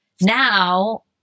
now